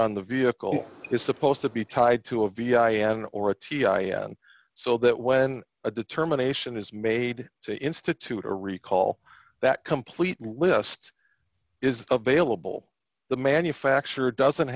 on the vehicle is supposed to be tied to a v i i an or a t i a and so that when a determination is made to institute a recall that complete list is available the manufacturer doesn't